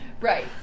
right